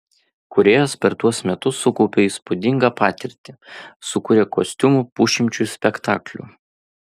kūrėjas per tuos metus sukaupė įspūdingą patirtį sukūrė kostiumų pusšimčiui spektaklių